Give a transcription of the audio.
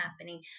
happening